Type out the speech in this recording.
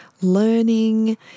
learning